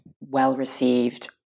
well-received